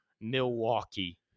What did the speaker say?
Milwaukee